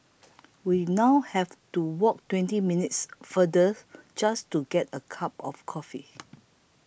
we now have to walk twenty minutes farther just to get a cup of coffee